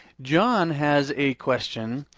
john has a question.